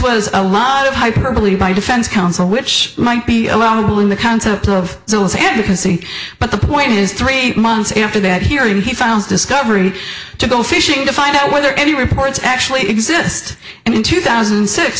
was a lot of hyperbole by defense counsel which might be along the building the concept of the end can see but the point is three months after that hearing he found discovery to go fishing to find out whether any reports actually exist and in two thousand and six